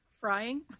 Frying